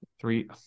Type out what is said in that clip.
three